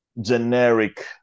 generic